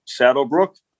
Saddlebrook